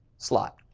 slot.